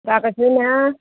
गएको छुइनँ